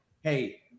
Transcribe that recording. hey